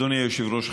אדוני היושב-ראש,